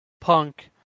Punk